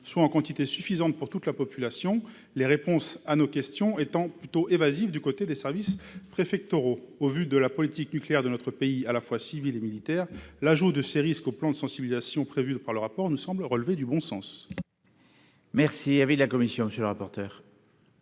soient en quantité suffisante pour toute la population ; les réponses à nos questions sur ce point sont plutôt évasives du côté des services préfectoraux. Au vu de la politique nucléaire, à la fois civile et militaire, de notre pays, l'ajout de ces risques au plan de sensibilisation prévu par le rapport nous semble relever du bon sens Quel est l'avis de la commission ? Que le ministère